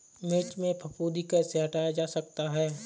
मिर्च में फफूंदी कैसे हटाया जा सकता है?